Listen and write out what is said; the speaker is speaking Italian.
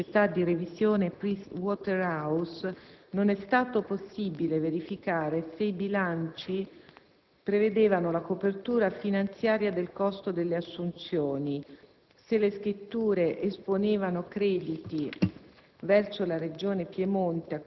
così come confermato dalla società di revisione «Price Waterhouse», non è stato possibile verificare se i bilanci prevedevano la copertura finanziaria del costo delle assunzioni, se le scritture esponevano crediti